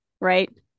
Right